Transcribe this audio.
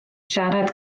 siarad